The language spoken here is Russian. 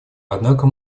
однако